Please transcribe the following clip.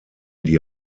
die